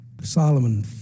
Solomon